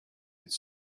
its